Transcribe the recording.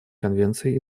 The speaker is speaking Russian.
конвенций